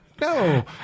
No